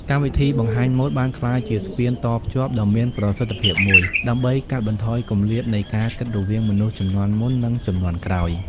កម្មវិធីបង្ហាញម៉ូដបានក្លាយជា ស្ពានតភ្ជាប់ ដ៏មានប្រសិទ្ធភាពមួយ ដើម្បីកាត់បន្ថយគម្លាតនៃការគិតរវាងមនុស្សជំនាន់មុន និងជំនាន់ក្រោយ។